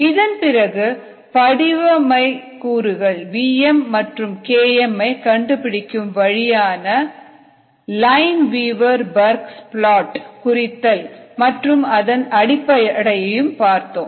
இதன்பிறகு படிமவரைகூறுகள் vm மற்றும் km ஐ கண்டுபிடிக்கும் வழியான Lineweaver Burke Lineweaver Burke's plot குறித்தல் மற்றும் அதன் அடிப்படையையும் பார்த்தோம்